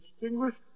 distinguished